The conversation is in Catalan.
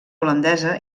holandesa